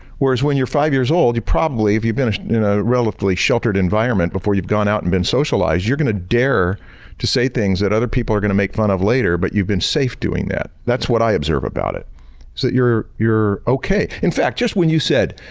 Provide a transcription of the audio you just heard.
whereas, when you're five years old, you probably, if you've been in a relatively sheltered environment before you've gone out and been socialized, you're going to dare to say things that other people are going to make fun of later but you've been safe doing that. that's what i have observed about it. is that you're you're in fact, just when you said,